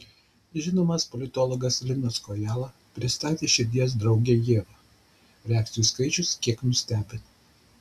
žinomas politologas linas kojala pristatė širdies draugę ievą reakcijų skaičius kiek nustebino